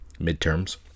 midterms